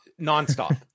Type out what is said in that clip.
nonstop